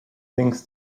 things